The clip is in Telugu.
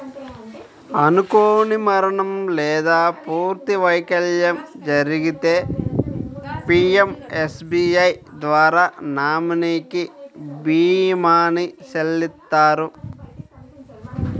అనుకోని మరణం లేదా పూర్తి వైకల్యం జరిగితే పీయంఎస్బీఐ ద్వారా నామినీకి భీమాని చెల్లిత్తారు